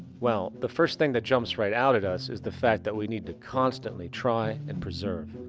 well, the first thing that jumps right out at us, is the fact that we need to constantly try and preserve.